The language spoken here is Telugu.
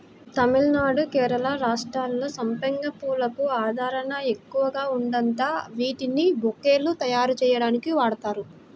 తమిళనాడు, కేరళ రాష్ట్రాల్లో సంపెంగ పూలకు ఆదరణ ఎక్కువగా ఉందంట, వీటిని బొకేలు తయ్యారుజెయ్యడానికి వాడతారు